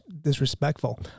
disrespectful